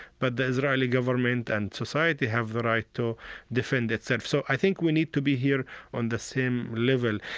but the israeli government and society have the right to defend itself. so i think we need to be here on the same level.